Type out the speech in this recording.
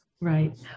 Right